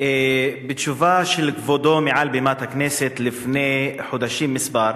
בתשובה של כבודו מעל בימת הכנסת לפני חודשים מספר,